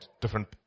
different